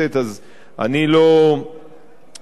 אני לא אחזור על הדברים,